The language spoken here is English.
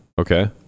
Okay